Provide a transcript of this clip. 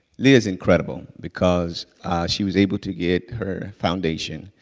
lia's incredible because she was able to get her foundation,